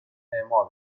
اعمال